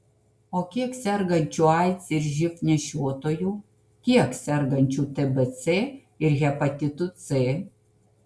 o kiek sergančių aids ir živ nešiotojų kiek sergančių tbc ir hepatitu c